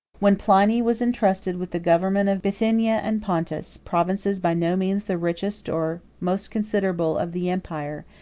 when pliny was intrusted with the government of bithynia and pontus, provinces by no means the richest or most considerable of the empire,